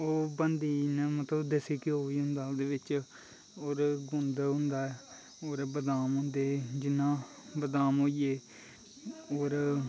ओह् बनदी इयां मतलव देस्सी घ्यो बी होंदा ओह्दै बिच्च होर गुंद होंदा और बदाम होंदे जियां बदाम होईये होर